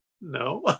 No